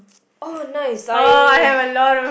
oh nice I